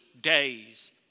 days